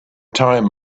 time